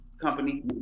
company